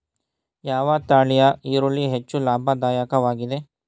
ಯಾವ ತಳಿಯ ಈರುಳ್ಳಿ ಹೆಚ್ಚು ಲಾಭದಾಯಕವಾಗಿದೆ?